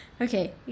Okay